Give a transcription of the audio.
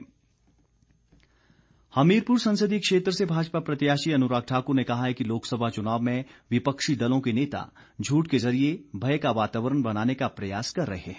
अनुराग हमीरपुर संसदीय क्षेत्र से भाजपा प्रत्याशी अनुराग ठाकुर ने कहा है कि लोकसभा चुनाव में विपक्षी दलों के नेता झूठ के जरिए भय का वातावरण बनाने का प्रयास कर रहे हैं